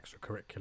extracurricular